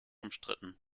umstritten